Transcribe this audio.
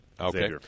Okay